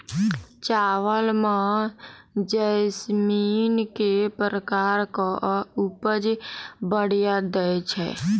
चावल म जैसमिन केँ प्रकार कऽ उपज बढ़िया दैय छै?